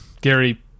gary